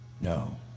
No